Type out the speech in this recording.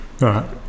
right